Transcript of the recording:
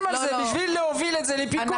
על זה בשביל להוביל את זה לפיקוח,